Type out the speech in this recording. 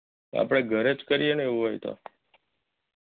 આપણે ઘરે જ કરીએને એવું હોય તો